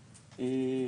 הענישה.